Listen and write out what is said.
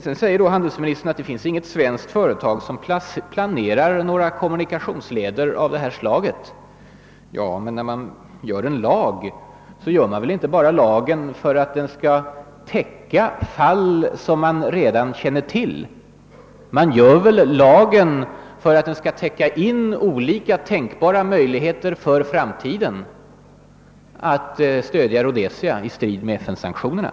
Då säger handelsministern att det inte finns något svenskt företag som planerar kommunikationsleder av det här slaget. Men när man stiftar en lag gör man väl inte det bara för att den skall täcka fall som man redan känner till. Den skall väl också täcka in olika tänkbara möjligheter att i framtiden stödja Rhodesia i strid med FN-sanktionerna.